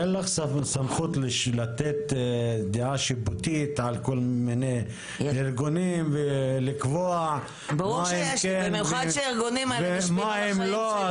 סמכות לתת דעה שיפוטית על כל מיני ארגונים ולקבוע מה הם כן ומה הם לא.